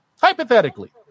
Hypothetically